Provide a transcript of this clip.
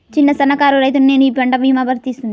చిన్న సన్న కారు రైతును నేను ఈ పంట భీమా వర్తిస్తుంది?